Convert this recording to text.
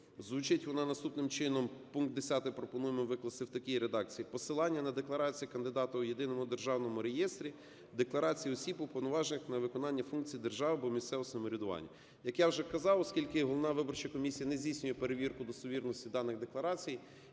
Звучить вона наступним чином. Пункт 10 пропонуємо викласти в такій редакції: "посилання на декларацію кандидата у Єдиному державному реєстрі декларацій осіб, уповноважених на виконання функцій держави або місцевого самоврядування". Як я вже казав, оскільки головна виборча комісія не здійснює перевірку достовірності даних декларацій,